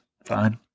Fine